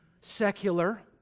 secular